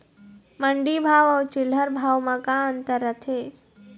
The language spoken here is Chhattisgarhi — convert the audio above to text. मंडी भाव अउ चिल्हर भाव म का अंतर रथे?